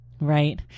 Right